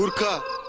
guns